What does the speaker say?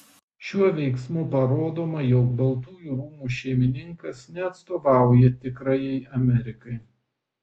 šiuo veiksmu parodoma jog baltųjų rūmų šeimininkas neatstovauja tikrajai amerikai